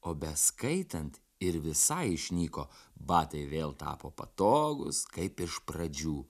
o beskaitant ir visai išnyko batai vėl tapo patogūs kaip iš pradžių